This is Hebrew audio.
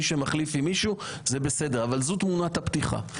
מי שמחליף עם מישהו זה בסדר, בל זאת תמונת הפתיחה.